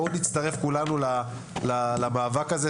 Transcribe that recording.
בואו נצטרף כולנו למאבק הזה.